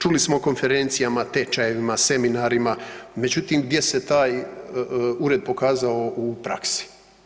Čuli smo, konferencijama, tečajevima, seminarima, međutim, gdje se taj ured pokazao u praksi?